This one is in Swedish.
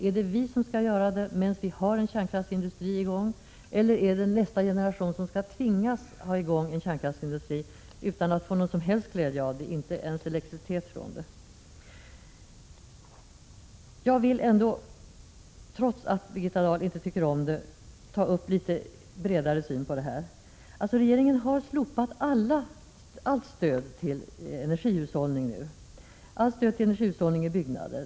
Är det vi som skall göra det, medan vi har en kärnkraftsindustri i gång, eller är det nästa generation som skall göra det, som tvingas ha en kärnkraftsindustri utan att få någon som helst glädje av den — inte ens elektricitet från den? Jag vill, trots att Birgitta Dahl inte tycker om det, ta upp en litet bredare syn på detta. Regeringen har nu slopat allt stöd till energihushållning. Man har slopat stödet till energihushållning i byggnader.